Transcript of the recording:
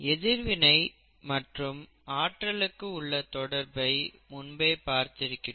எதிர்வினை மற்றும் ஆற்றலுக்கு உள்ள தொடர்பை முன்பே பார்த்திருக்கிறோம்